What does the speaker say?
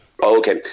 Okay